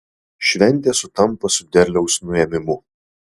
šventė sutampa su derliaus nuėmimu